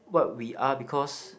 what we are because